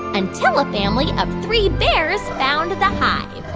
until a family of three bears found the hive